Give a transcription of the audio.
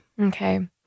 Okay